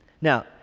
Now